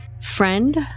friend